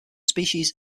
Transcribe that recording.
species